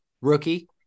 rookie